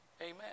amen